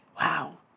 Wow